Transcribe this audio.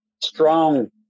strong